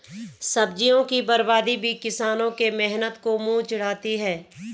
सब्जियों की बर्बादी भी किसानों के मेहनत को मुँह चिढ़ाती है